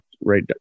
right